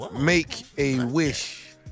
Make-A-Wish